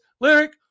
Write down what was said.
Lyric